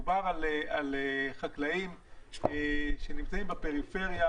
מדובר על חקלאים שנמצאים בפריפריה,